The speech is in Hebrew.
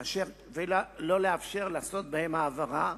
ולא לאפשר לעשות העברה.